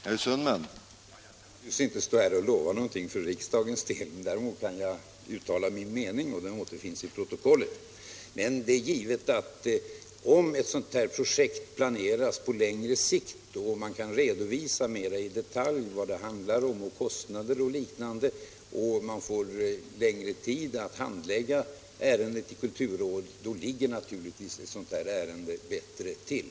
Herr talman! Jag kan naturligtvis inte stå här och lova någonting för riksdagens del. Däremot kan jag uttala min mening, och den återfinns i protokollet. Men om ett projekt planeras på längre sikt och det redovisas mera i detalj vad det handlar om, vilka kostnader det rör sig om osv., så får kulturrådet längre tid för sin handläggning, och då ligger ärendet naturligtvis bättre till.